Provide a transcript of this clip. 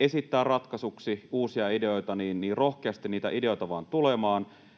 esittää ratkaisuksi, uusia ideoita, niin rohkeasti niitä ideoita vaan tulemaan.